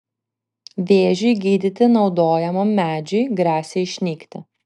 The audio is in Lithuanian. vėžiui gydyti naudojamam medžiui gresia išnykti